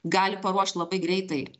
gali paruošt labai greitai